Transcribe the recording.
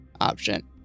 option